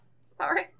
Sorry